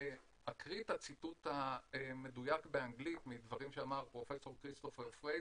אקריא את הציטוט המדויק באנגלית מהדברים שאמר פרופ' כריסטוף פרייזר,